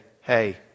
hey